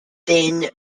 thin